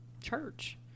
church